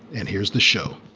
and here's the show